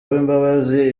uwimbabazi